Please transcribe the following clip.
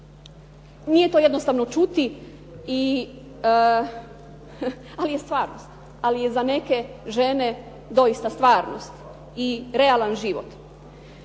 to jednostavno čuti. Ali je stvarnost. Ali je za neke žene doista stvarnost i realan život.